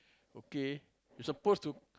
okay it's supposed to